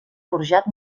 forjat